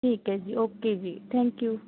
ਠੀਕ ਹੈ ਜੀ ਓਕੇ ਜੀ ਥੈਂਕ ਯੂ